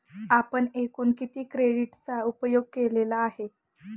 आपण एकूण किती क्रेडिटचा उपयोग केलेला आहे?